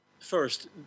first